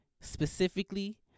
specifically